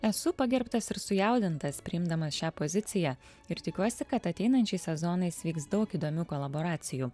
esu pagerbtas ir sujaudintas priimdamas šią poziciją ir tikiuosi kad ateinančiais sezonais vyks daug įdomių kolaboracijų